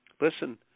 listen